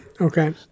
Okay